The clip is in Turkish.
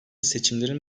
seçimlerin